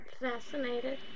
Fascinated